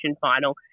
final